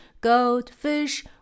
goldfish